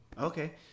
Okay